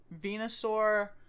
Venusaur